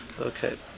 Okay